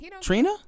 Trina